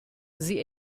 sie